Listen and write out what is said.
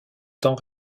temps